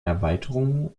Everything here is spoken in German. erweiterung